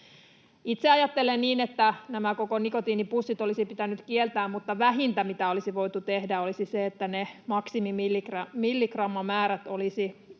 Itse ajattelen niin, että nämä koko nikotiinipussit olisi pitänyt kieltää, mutta vähintä, mitä olisi voitu tehdä, olisi se, että niitä maksimimilligrammamääriä olisi